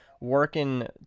working